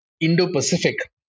Indo-Pacific